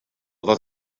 ddod